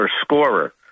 scorer